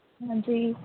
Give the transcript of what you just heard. ਹਾਂਜੀ